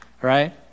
right